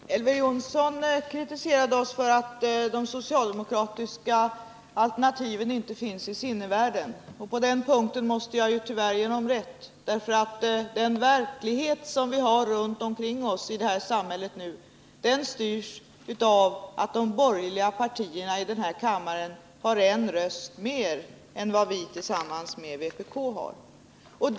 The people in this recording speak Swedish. Herr talman! Elver Jonsson kritiserade oss för att de socialdemokratiska alternativen inte finns i sinnevärlden. På den punkten måste jag tyvärr ge honom rätt, därför att den verklighet som vi har runt omkring oss i samhället nu styrs av att de borgerliga partierna här i kammaren har en röst mer än vad vi tillsammans med vpk förfogar över.